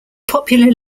popular